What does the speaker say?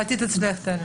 בעתיד אצלך, טלי.